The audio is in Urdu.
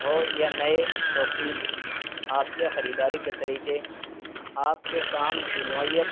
ہو یا نئے شوقین آپ کے خریداری کے طریقے آپ کے کام کی نوعیت